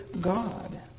God